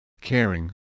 caring